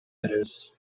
беребиз